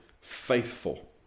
faithful